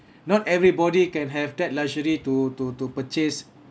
not everybody can have that luxury to to to purchase